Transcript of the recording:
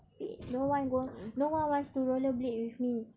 pek~ no one will no one wants to roller blade with me